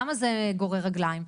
למה זה גורר רגליים?